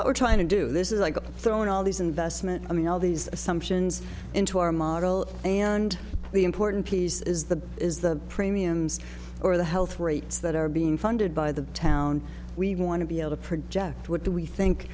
what we're trying to do this is like throwing all these investment i mean all these assumptions into our model and the important piece is the is the premiums or the health rates that are being funded by the town we want to be able to project what we think